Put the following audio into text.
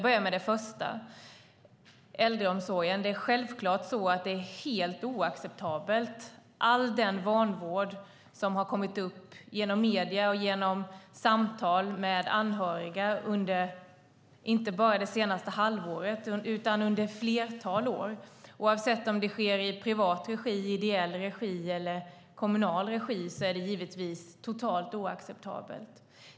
När det gäller äldreomsorgen är det naturligtvis helt oacceptabelt med den vanvård som har kommit fram via medierna och genom samtal med anhöriga, inte bara under det senaste halvåret utan under ett flertal år. Oavsett om det sker i privat, ideell eller kommunal regi är det givetvis helt oacceptabelt.